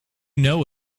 know